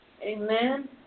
Amen